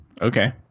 Okay